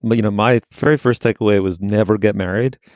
but you know, my very first takeaway was never get married.